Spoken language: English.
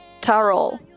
taro